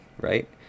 right